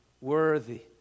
worthy